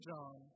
John